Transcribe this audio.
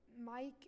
Mike